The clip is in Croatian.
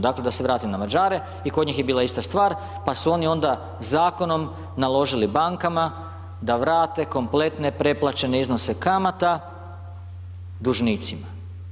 Dakle, da se vratim na Mađare i kod njih je bila ista stvar pa su oni onda zakonom naložili bankama da vrate kompletne preplaćene iznose kamata dužnicima.